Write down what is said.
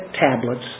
tablets